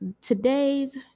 today's